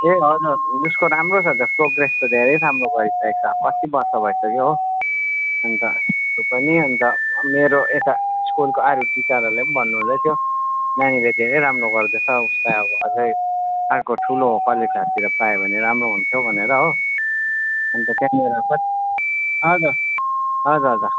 ए हजुर उसको त राम्रो छ त प्रोग्रेस त धेरै राम्रो गरिरहेको छ कति वर्ष भइसक्यो हो अन्त त्यो पनि अन्त मेरो यता स्कुलको अरू टिचरहरूले पनि भन्नुहुँदैथ्यो नानीले धेरै राम्रो गर्दैछ उसलाई अब अझै अर्को ठुलो कलेजहरूतिर पायो भने राम्रो हुन्थ्यो भनेर हो अन्त त्यहाँनिर कति हजुर हजुर हजुर